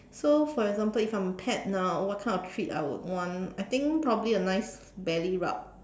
so for example if I am a pet now what kind of treat I would want I think probably a nice belly rub